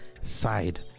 side